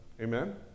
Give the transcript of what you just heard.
Amen